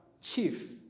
Chief